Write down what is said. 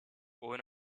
own